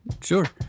sure